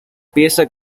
pieza